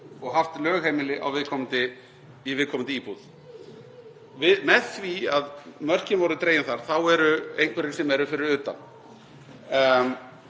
og haft lögheimili í viðkomandi íbúð. Með því að mörkin voru dregin þar þá eru einhverjir sem eru fyrir utan.